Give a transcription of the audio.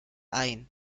ain